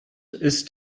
ist